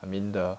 I mean the